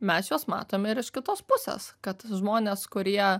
mes juos matome ir iš kitos pusės kad žmonės kurie